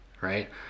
right